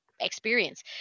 experience